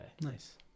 Nice